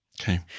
okay